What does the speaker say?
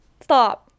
Stop